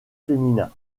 féminin